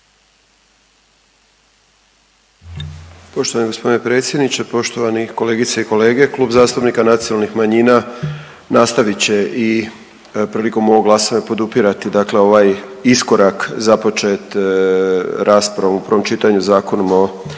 Poštovani g. predsjedniče, poštovani kolegice i kolege. Klub zastupnika Nacionalnih manjina nastavit će i prilikom ovog glasanja podupirati dakle ovaj iskorak započet raspravom u prvom čitanju Zakonom o